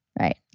right